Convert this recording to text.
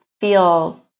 feel